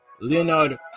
Leonard